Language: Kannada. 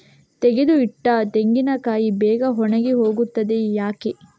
ತೆಗೆದು ಇಟ್ಟ ತೆಂಗಿನಕಾಯಿ ಬೇಗ ಒಣಗಿ ಹೋಗುತ್ತದೆ ಯಾಕೆ?